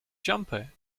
jumper